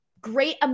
great